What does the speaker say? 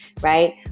Right